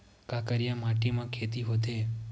का करिया माटी म खेती होथे?